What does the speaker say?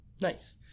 Nice